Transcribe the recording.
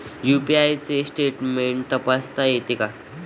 UPI चे statement तपासता येते का?